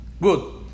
Good